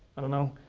i don't know,